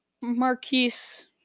Marquise